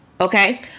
okay